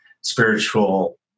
spiritual